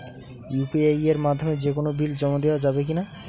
UPI এর মাধ্যমে যে কোনো বিল জমা দেওয়া যাবে কি না?